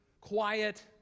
quiet